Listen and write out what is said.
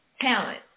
talent